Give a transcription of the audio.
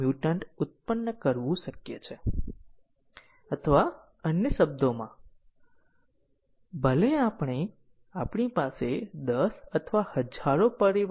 શું કારણ છે કે સાહજિક રીતે તેણે કોડના ભાગને સમજવામાં ઘણો સમય પસાર કરવો પડશે